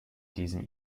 diesem